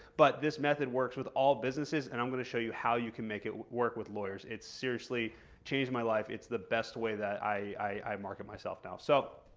but this method works with all businesses, and i'm going to show you how you can make it work with lawyers. it's seriously changed my life. it's the best way that i market myself now. so,